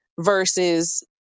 versus